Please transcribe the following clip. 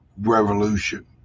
revolution